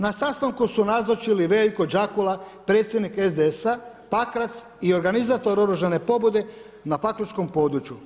Na sastanku su nazočili Veljko Đakula, predsjednik SDS-a Pakrac i organizator oružane pobune na pakračkom području.